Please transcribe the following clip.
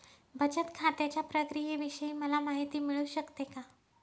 बचत खात्याच्या प्रक्रियेविषयी मला माहिती मिळू शकते का?